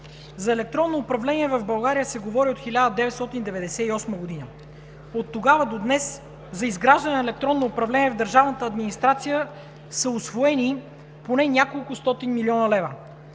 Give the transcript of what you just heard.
За електронно управление в България се говори от 1998 г. Оттогава до днес за изграждане на електронно управление в държавната администрация са усвоени поне нeколкостотин милиона лева.